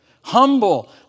Humble